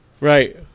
right